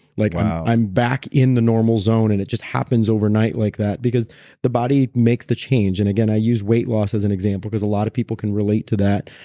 like i'm back in the normal zone, and it just happens overnight like that, because the body makes the change. and again, i use weight loss as an example because a lot of people can relate to that.